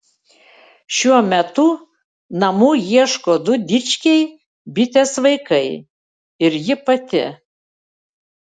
šiuo metu namų ieško du dičkiai bitės vaikai ir ji pati